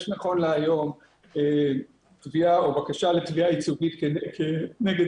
נכון להיום יש תביעה או בקשה לתביעה ייצוגית כנגד